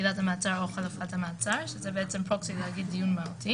עילת המעצר או חלופת המעצר שפה צריך לומר דיון מהותי